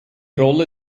rolle